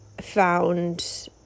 found